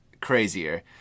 crazier